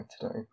today